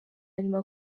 nyuma